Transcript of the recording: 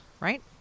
Right